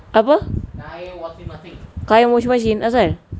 apa kain washing machine asal